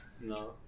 No